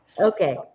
okay